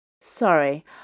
Sorry